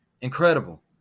Incredible